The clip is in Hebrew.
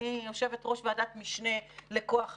אני יושבת-ראש ועדת משנה לכוח אדם.